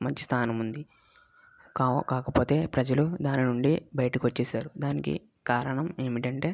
మంచి స్థానం ఉంది కావు కాకపోతే ప్రజలు దాని నుండి బయటకి వచ్చేసారు దానికి కారణం ఏమిటంటే